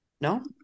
no